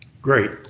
Great